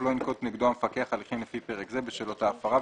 לא ינקוט נגדו המפקח הליכים לפי פרק זה בשל אותה הפרה,